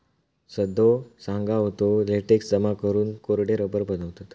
सदो सांगा होतो, लेटेक्स जमा करून कोरडे रबर बनवतत